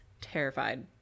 terrified